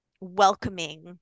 welcoming